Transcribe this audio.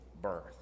birth